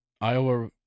Iowa